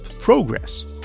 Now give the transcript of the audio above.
progress